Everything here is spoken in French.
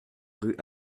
rue